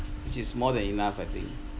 which is more than enough I think